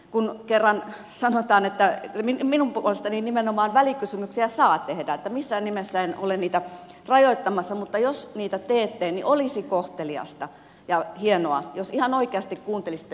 edustaja rehulalle toteaisin että minun puolestani nimenomaan välikysymyksiä saa tehdä että missään nimessä en ole niitä rajoittamassa mutta jos niitä teette niin olisi kohteliasta ja hienoa jos ihan oikeasti kuuntelisitte myös vastauksen